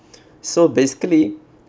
so basically